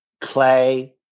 clay